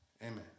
Amen